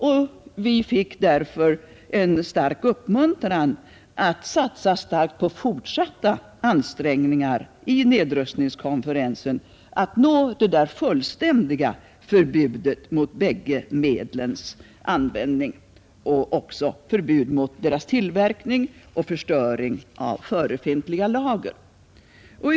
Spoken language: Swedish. Därigenom fick vi en uppmuntran att fortsätta våra ansträngningar i nedrustningskonferensen för att nå ett fullständigt förbud mot tillverkning av båda dessa stridsmedel, alltså inte endast de biologiska, och varefter förefintliga lager skall förstöras.